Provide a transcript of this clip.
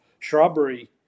shrubbery